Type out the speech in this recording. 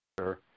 Sure